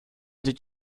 did